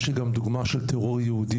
יש לי גם דוגמה של טרור יהודי,